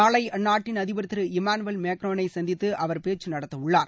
நாளை அந்நாட்டின் அதிபர் திரு இமானுவேல் மேக்ரோனை சந்தித்து அவர் பேச்சு நடத்தவுள்ளார்